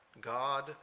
God